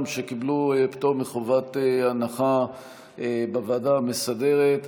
שקיבלו פטור מחובת הנחה בוועדה המסדרת.